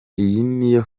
niyo